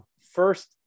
first